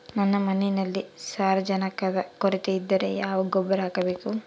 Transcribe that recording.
ನನ್ನ ಮಣ್ಣಿನಲ್ಲಿ ಸಾರಜನಕದ ಕೊರತೆ ಇದ್ದರೆ ಯಾವ ಗೊಬ್ಬರ ಹಾಕಬೇಕು?